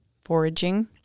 foraging